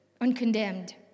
uncondemned